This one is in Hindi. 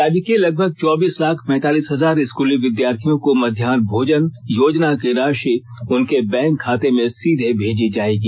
राज्य के लगभग चौबीस लाख पैंतालीस हजार स्कूली विद्यार्थियों को मध्याह भोजन योजना की राषि उनके बैंक खाते में सीधे भेजी जायेगी